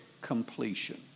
completion